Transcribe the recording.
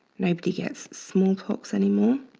nobody gets smallpox anymore